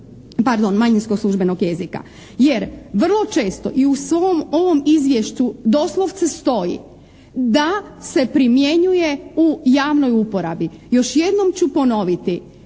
Pardon, manjinskog službenog jezika, jer vrlo često i u svom ovom izvješću doslovce stoji da se primjenjuje u javnoj uporabi. Još jednom ću ponoviti,